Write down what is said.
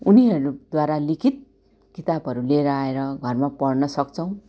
उनीहरूद्बारा लिखित किताबहरू पनि छन् एर आएर घरमा पढ्न सक्छौँलि